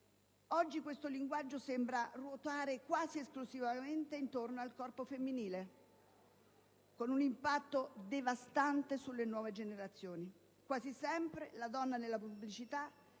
Oggi questo linguaggio sembra ruotare quasi esclusivamente intorno al corpo femminile, con un impatto devastante sulle nuove generazioni. Quasi sempre la donna nella pubblicità